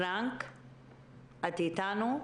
האם את איתנו?